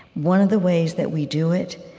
one of the ways that we do it